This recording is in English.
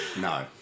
No